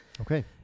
Okay